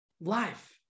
life